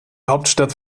hauptstadt